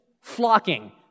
flocking